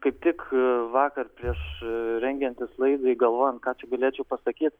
kaip tik vakar prieš rengiantis laidai galvojant ką čia galėčiau pasakyt